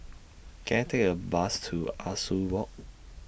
Can I Take A Bus to Ah Soo Walk